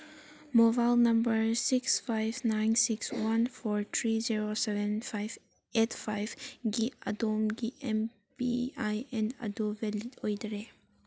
mobile number six five nine six one four three zero seven five eight ꯐꯥꯏꯚꯒꯤ ꯑꯗꯣꯝꯒꯤ M P I N ꯑꯗꯨ valid ꯑꯣꯏꯗꯔꯦ